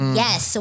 ，yes，